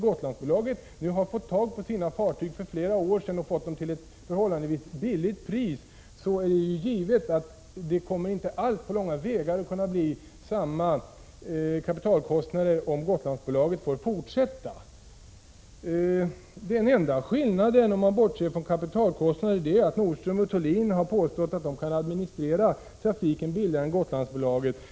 Gotlandsbolaget har för flera år sedan fått sina fartyg till ett förhållandevis lågt pris, och det är givet att om Gotlandsbolaget får fortsätta med trafiken blir det inte på långa vägar så höga kapitalkostnader. Den enda skillnaden, om man bortser från kapitalkostnaderna, är att Nordström & Thulin har påstått att företaget kan administrera trafiken billigare än Gotlandsbolaget.